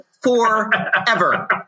forever